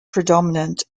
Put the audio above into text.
predominant